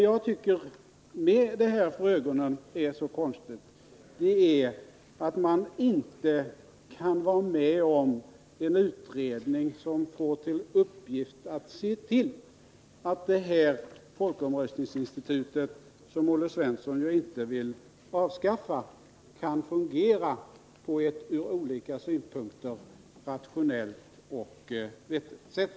Jag tycker — med det här för ögonen — att det är mycket konstigt att ni inte vill vara med om att tillsätta en utredning, som skulle få till uppgift att se till att folkomröstningsinstitutet, som Olle Svensson inte vill avskaffa, kan fungera på ett ur olika synpunkter rationellt och vettigt sätt.